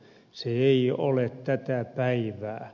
se ei ole tätä päivää